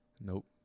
Nope